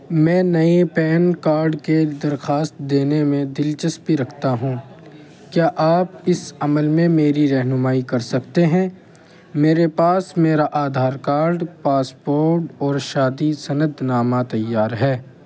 میں نئے pan card کے درخواست دینے میں دلچسپی رکھتا ہوں کیا آپ اس عمل میں میری رہنمائی کر سکتے ہیں میرے پاس میرا آدھار کارڈ پاسپورٹ اور شادی سند نامہ تیار ہے